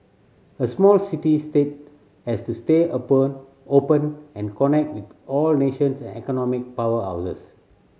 a small city state has to stay open and connect with all nations and economic powerhouses